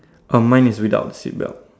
uh mine is without the seat belt